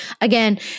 Again